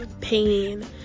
pain